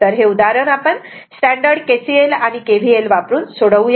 तर हे उदाहरण आपण स्टॅंडर्ड KCL आणि KVL वापरून सोडवूया